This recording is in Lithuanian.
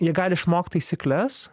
jie gali išmokt taisykles